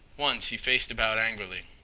once he faced about angrily.